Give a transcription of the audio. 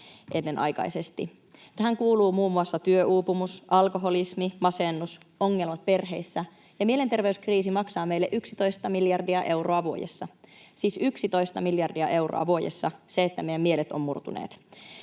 Tähän kuuluvat muun muassa työuupumus, alkoholismi, masennus ja ongelmat perheissä, ja mielenterveyskriisi maksaa meille 11 miljardia euroa vuodessa — siis 11 miljardia euroa vuodessa se, että meidän mielet ovat murtuneet.